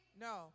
No